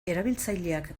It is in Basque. erabiltzaileak